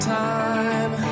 time